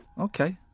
Okay